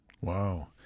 Wow